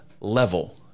level